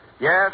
Yes